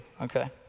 okay